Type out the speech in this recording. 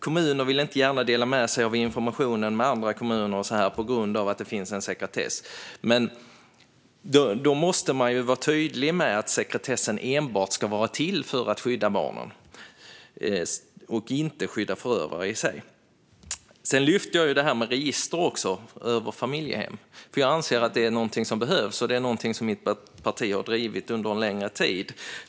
Kommuner vill inte gärna dela med sig av informationen till andra kommuner på grund av att det finns en sekretess. Då måste man vara tydlig med att sekretessen enbart ska vara till för att skydda barnen och inte förövare. Sedan lyfte jag detta med register över familjehem, för jag anser att det behövs. Det är något som mitt parti har drivit under en längre tid.